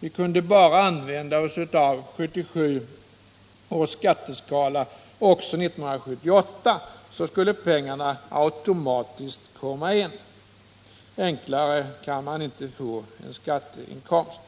Vi kunde bara använda 1977 års skatteskala också 1978 så skulle pengarna automatiskt komma in. Enklare kan man inte få en skatteinkomst.